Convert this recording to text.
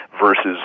versus